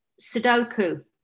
Sudoku